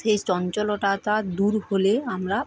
সেই চঞ্চলটাতা দূর হলে আমরা